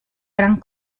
gran